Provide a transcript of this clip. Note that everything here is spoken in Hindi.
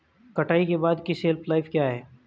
कटाई के बाद की शेल्फ लाइफ क्या है?